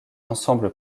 ensemble